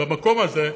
במקום הזה,